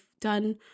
done